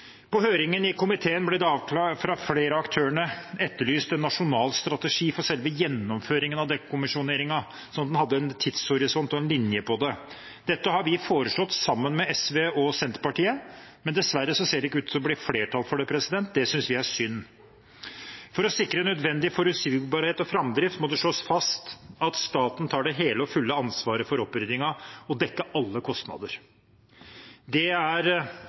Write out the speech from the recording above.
På høringen i komiteen ble det fra flere av aktørene etterlyst en nasjonal strategi for selve gjennomføringen av dekommisjoneringen, sånn at en hadde en tidshorisont og en linje for det. Dette har vi foreslått sammen med SV og Senterpartiet, men dessverre ser det ikke ut til å bli flertall for det. Det synes vi er synd. For å sikre nødvendig forutsigbarhet og framdrift må det slås fast at staten tar det hele og fulle ansvaret for oppryddingen og dekker alle kostnader. Det er